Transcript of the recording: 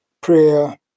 prayer